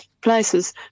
places